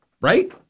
Right